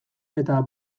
eta